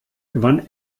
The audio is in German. gewann